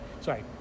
sorry